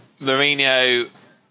Mourinho